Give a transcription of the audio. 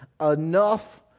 enough